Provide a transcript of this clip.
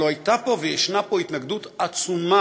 הלוא הייתה פה ויש פה התנגדות עצומה,